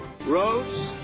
Rose